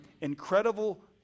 incredible